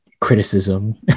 criticism